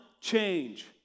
change